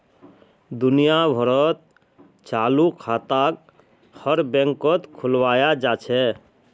दुनिया भरत चालू खाताक हर बैंकत खुलवाया जा छे